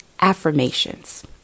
affirmations